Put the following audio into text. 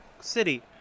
city